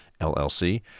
LLC